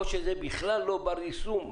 או שזה בכלל לא בר יישום,